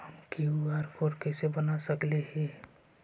हम QR code कैसे बना सकली ही?